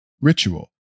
ritual